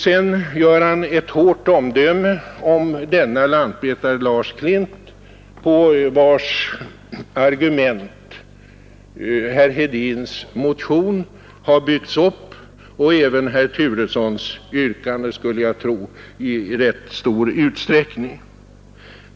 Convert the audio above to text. Sedan ger han ett hårt omdöme om lantmätare Lars Klint, på vars argument herr Hedins motion bygger — och även i rätt stor utsträckning herr Turessons yrkanden, skulle jag tro.